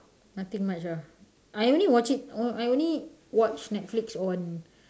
nothing much ah I only watch it I only watch netflix on